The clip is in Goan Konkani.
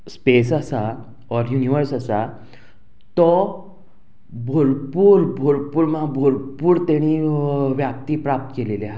स्पेस आसा ऑर युनिवर्स आसा तो भरपूर भरपूर म्हाका भरपूर तेणीं व्यक्ती प्राप्त केलेली आहा